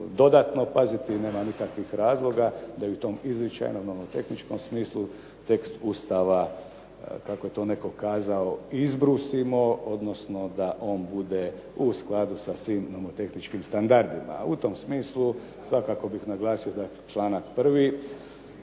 dodatno paziti nema nikakvog razloga da bi tom izričajno u nomotehničkom smislu tekst Ustava kako je to netko kazao izbrusimo odnosno da on bude u skladu sa svim nomotehničkim standardima. U tom smislu svakako bih naglasio da je to članak 1.